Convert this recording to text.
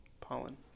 pollen